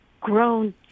grown